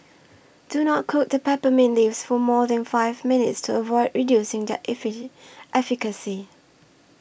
do not cook the peppermint leaves for more than five minutes to avoid reducing their efficient efficacy